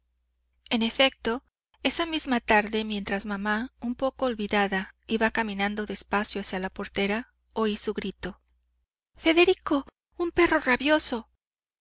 en efecto esa misma tarde mientras mamá un poco olvidada iba caminando despacio hacia la portera oí su grito federico un perro rabioso